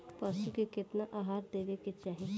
पशुअन के केतना आहार देवे के चाही?